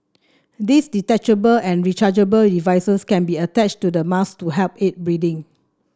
these detachable and rechargeable devices can be attached to the mask to help aid breathing